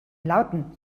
lauten